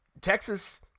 Texas